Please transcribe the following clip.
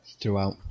throughout